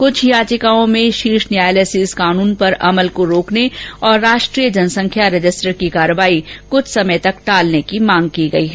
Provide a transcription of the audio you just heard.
कुछ याचिकाओं में शीर्ष न्यायालय से इस कानून पर अमल को रोकने और राष्ट्रीय जनसंख्या रजिस्टर की कार्यवाही कुछ समय तक टालने की मांग की गई है